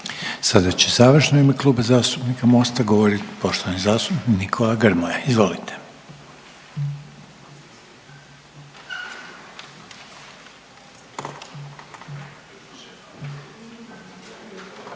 Sada će završno u ime Kluba zastupnika MOST-a govoriti poštovani zastupnik Nikola Grmoja. Izvolite.